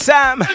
Sam